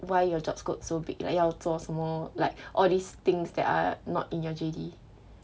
why your job scope so big like 要做什么 like all these things that are not in your J_D